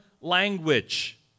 language